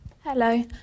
Hello